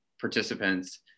participants